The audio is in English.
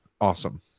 awesome